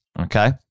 okay